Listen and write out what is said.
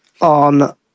on